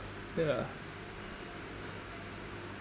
yeah